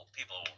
People